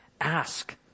Ask